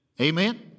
Amen